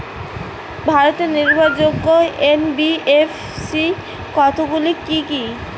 ভারতের নির্ভরযোগ্য এন.বি.এফ.সি কতগুলি কি কি?